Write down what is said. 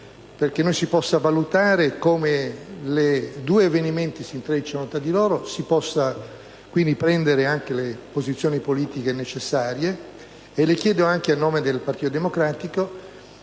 perchè noi si possa valutare come i due avvenimenti si intreccino fra di loro e si possa, quindi, prendere anche le posizioni politiche necessarie. Le chiedo, inoltre, anche a nome del Partito Democratico,